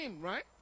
right